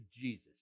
Jesus